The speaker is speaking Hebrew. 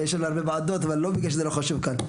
אבל יש עוד הרבה ועדות, ולא בגלל שזה לא חשוב כאן.